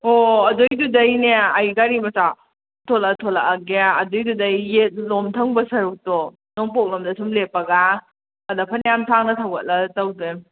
ꯑꯣ ꯑꯗꯨꯏꯗꯨꯗꯩꯅꯦ ꯑꯩ ꯒꯥꯔꯤ ꯃꯆꯥ ꯊꯣꯂꯛ ꯊꯣꯂꯛꯑꯒꯦ ꯑꯗꯨꯏꯗꯨꯗꯩ ꯌꯦꯠꯂꯣꯝ ꯊꯪꯕ ꯁꯔꯨꯛꯇꯣ ꯅꯣꯡꯄꯣꯛꯂꯣꯝꯗ ꯁꯨꯝ ꯂꯦꯞꯄꯒ ꯑꯗ ꯐꯅꯌꯥꯝꯁꯥꯡꯅ ꯊꯧꯒꯠꯂ ꯆꯠꯂꯨꯗꯣꯏꯅꯦ